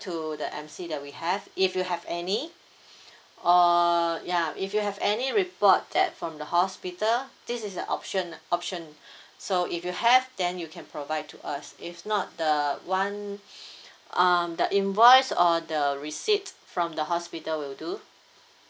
to the M_C that we have if you have any or ya if you have any report that from the hospital this is a option nah option so if you have then you can provide to us if not the one um the invoice or the receipt from the hospital will do